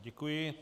Děkuji.